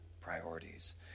priorities